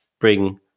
bring